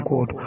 God